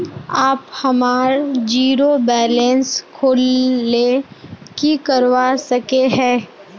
आप हमार zero balance खोल ले की करवा सके है?